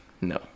No